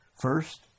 First